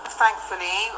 thankfully